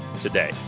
today